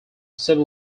civil